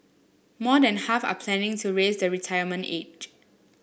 more than half are planning to raise the retirement age